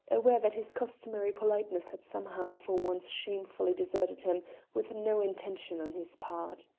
aware that his customary politeness had somehow for once shamefully deserted him with no intention on his part.